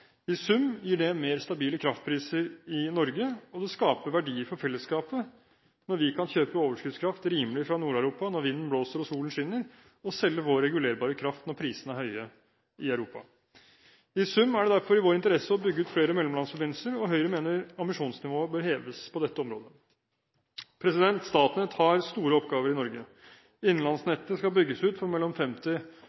I sum gir det mer stabile kraftpriser i Norge, og det skaper verdier for fellesskapet når vi kan kjøpe overskuddskraft rimelig fra Nord-Europa når vinden blåser og solen skinner, og selge vår regulerbare kraft når prisene er høye i Europa. I sum er det derfor i vår interesse å bygge ut flere mellomlandsforbindelser, og Høyre mener ambisjonsnivået bør heves på dette området. Statnett har store oppgaver i Norge.